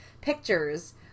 pictures